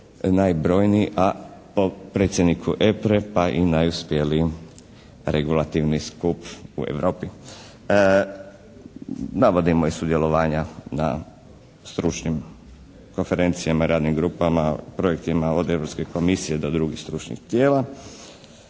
najbrojniji, a po predsjedniku EPRE pa i najuspjelijim regulativni skup u Europi. Navodimo i sudjelovanja na stručnim konferencijama i radnim grupama, projektima od Europske komisije do drugih stručnih tijela.